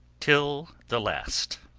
till the last.